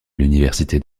l’université